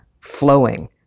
flowing